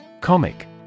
Comic